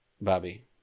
Bobby